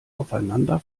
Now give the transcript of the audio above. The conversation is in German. aufeinander